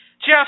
Jeff